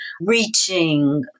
reaching